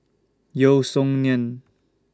Yeo Song Nian